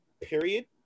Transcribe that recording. period